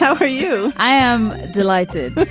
how are you? i am delighted.